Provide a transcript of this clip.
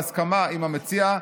בהסכמה עם המציע,